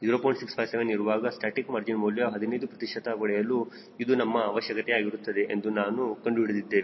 657 ಇರುವಾಗ statistic margin ಮೌಲ್ಯ 15 ಪ್ರತಿಶತ ಪಡೆಯಲು ಇದು ನಮ್ಮ ಅವಶ್ಯಕತೆ ಆಗಿರುತ್ತದೆ ಎಂದು ನಾವು ಕಂಡುಹಿಡಿದಿದ್ದೇವೆ